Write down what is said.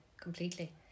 completely